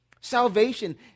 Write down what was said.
salvation